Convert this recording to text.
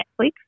Netflix